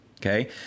okay